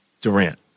Durant